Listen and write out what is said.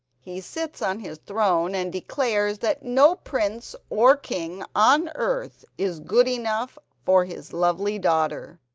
he sits on his throne and declares that no prince or king on earth is good enough for his lovely daughter,